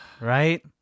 right